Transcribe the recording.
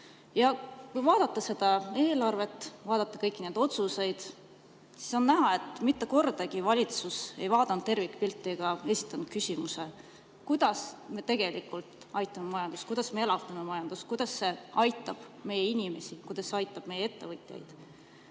Kui vaadata seda eelarvet ja kõiki neid otsuseid, siis on näha, et valitsus ei ole mitte kordagi vaadanud tervikpilti ega esitanud küsimusi, kuidas me tegelikult aitame majandust, kuidas me elavdame majandust, kuidas see aitab meie inimesi ja kuidas see aitab meie ettevõtjaid.